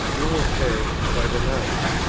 you will say, by the ninth.